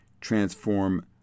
transform